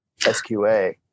SQA